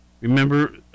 Remember